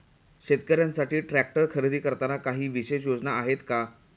शेतकऱ्यांसाठी ट्रॅक्टर खरेदी करताना काही विशेष योजना आहेत का?